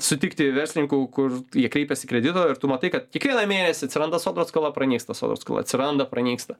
sutikti verslininkų kur jie kreipiasi kredito ir tu matai kad kiekvieną mėnesį atsiranda sodros skola pranyksta sodros skola atsiranda pranyksta